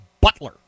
Butler